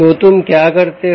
तो तुम क्या करते हो